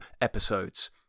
episodes